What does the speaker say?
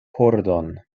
pordon